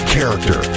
Character